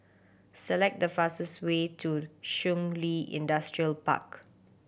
select the fastest way to Shun Li Industrial Park